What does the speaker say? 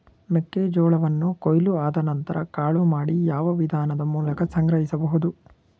ಮೆಕ್ಕೆ ಜೋಳವನ್ನು ಕೊಯ್ಲು ಆದ ನಂತರ ಕಾಳು ಮಾಡಿ ಯಾವ ವಿಧಾನದ ಮೂಲಕ ಸಂಗ್ರಹಿಸಬಹುದು?